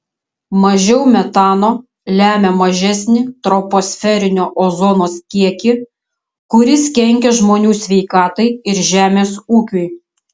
mažiau metano lemia mažesnį troposferinio ozono kiekį kuris kenkia žmonių sveikatai ir žemės ūkiui